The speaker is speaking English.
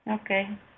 Okay